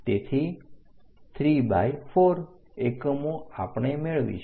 તેથી 34 એકમો આપણે મેળવીશું